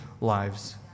lives